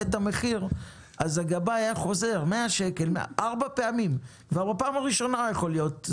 אותו אז הגבאי היה חוזר ארבע פעמים על אותו דבר.